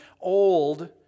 old